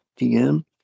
DM